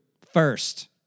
first